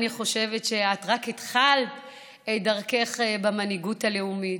אני חושבת שאת רק התחלת את דרכך במנהיגות הלאומית,